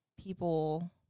people